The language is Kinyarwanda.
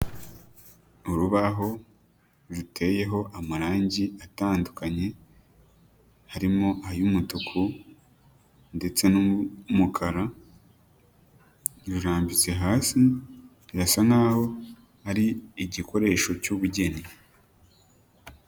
Urubaho ruteyeho amarangi atandukanye harimo ay'umutuku ndetse n'umukara, rurambitse hasi birasa nkaho ari igikoresho cy'ubugeni.